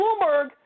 Bloomberg